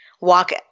walk